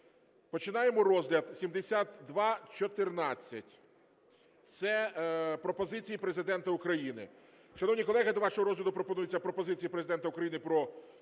починаємо розгляд 7214, це пропозиції Президента України. Шановні колеги, до вашого розгляду пропонуються пропозиції Президента України "Про заборону